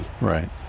Right